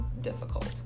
difficult